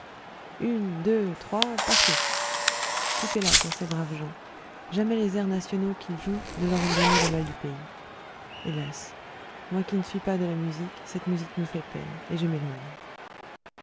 une deux trois partez tout est là pour ces braves gens jamais les airs nationaux qu'ils jouent ne leur ont donné le mal du pays hélas moi qui ne suis pas de la musique cette musique me fait peine et je m'éloigne